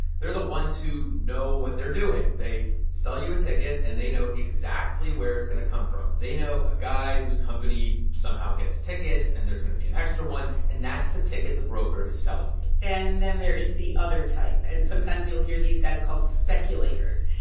there are the ones who know what they're doing. they sell you a ticket. and they know exactly where it's going to come from. they know a guy whose company somehow gets tickets. and there's going to be an extra one. and that's the ticket the broker is selling you and then there is the other type. and, sometimes, you'll hear these guys called speculators.